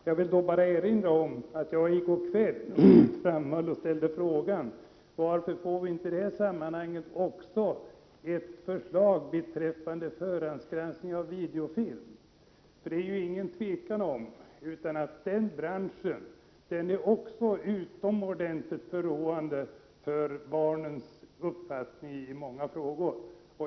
Jag vill då bara erinra om att jag i går kväll ställde frågan: Varför får vi i detta sammanhang inte ett förslag beträffande förhandsgranskning av videofilm? Det råder ju inget tvivel om att videofilm kan vara utomordentligt förråande och påverka barns uppfattning i många frågor.